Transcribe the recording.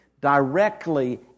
directly